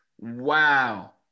Wow